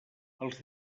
els